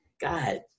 God